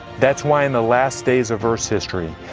that's why in the last days of earth's history,